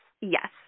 Yes